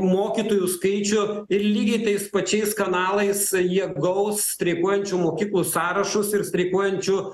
mokytojų skaičių ir lygiai tais pačiais kanalais jie gaus streikuojančių mokyklų sąrašus ir streikuojančių